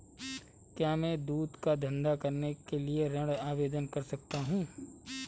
क्या मैं दूध का धंधा करने के लिए ऋण आवेदन कर सकता हूँ?